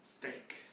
fake